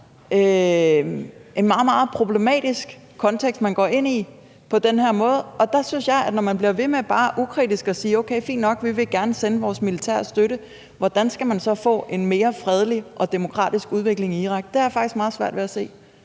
meget problematisk kontekst, man går ind i på den her måde. Man bliver ved med bare ukritisk at sige: Okay, fint nok, vi vil gerne sende vores militære støtte. Hvordan skal man så få en mere fredelig og demokratisk udvikling i Irak? Det har jeg faktisk meget svært ved at se.